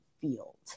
field